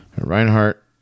Reinhardt